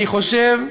אני חושב,